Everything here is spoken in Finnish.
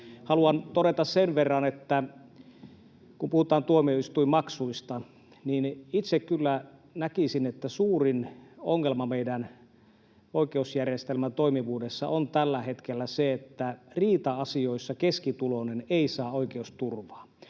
haluan todeta sen verran, että kun puhutaan tuomioistuinmaksuista, niin itse kyllä näkisin, että suurin ongelma meidän oikeusjärjestelmän toimivuudessa on tällä hetkellä se, että riita-asioissa keskituloinen ei saa oikeusturvaa.